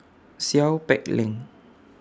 Seow Peck Leng